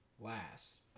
Last